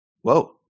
whoa